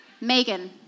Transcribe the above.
Megan